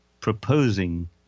proposing